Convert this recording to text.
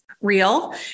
real